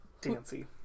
Dancy